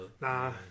Nah